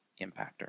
impactor